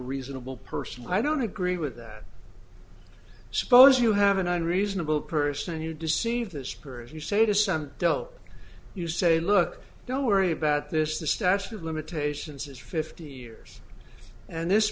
reasonable person i don't agree with that suppose you have an unreasonable person you deceive the spur as you say to some dope you say look don't worry about this the statute of limitations is fifty years and this